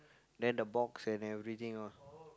then the box and everything all